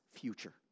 future